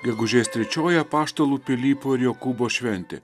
gegužės trečioji apaštalų pilypo ir jokūbo šventė